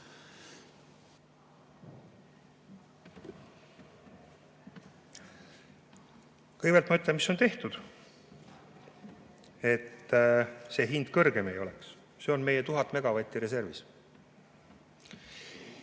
Kõigepealt ma ütlen, mis on tehtud, et see hind kõrgem ei oleks. See on need meie 1000 megavatti reservis.